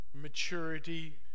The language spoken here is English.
maturity